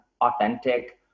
authentic